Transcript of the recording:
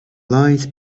light